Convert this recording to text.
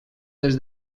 des